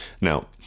Now